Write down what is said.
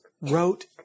wrote